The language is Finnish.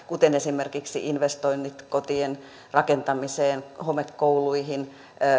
kuten esimerkiksi investoinnit kotien rakentamiseen homekouluihin